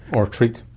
or treat.